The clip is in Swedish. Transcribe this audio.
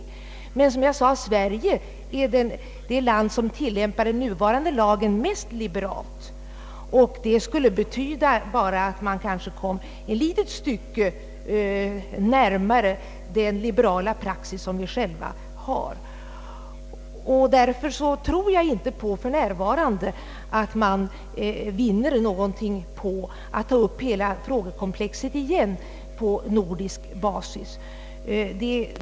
Sverige är, som jag tidigare framhöll, det land som tillämpar den nuvarande lagen mest liberalt, vil ket skulle betyda att man vid en gecmensam nordisk = lagstiftningsreform bara kan komma ett litet stycke närmare den liberalare praxis som vi själva har. Jag tror därför inte att vi för vår del för närvarande vinner någonting på att ta upp hela frågekomplexet igen på nordisk basis.